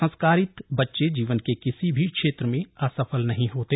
संस्कारित बच्चे जीवन के किसी भी क्षेत्र में असफल नहीं होते